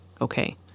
okay